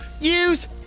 use